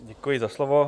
Děkuji za slovo.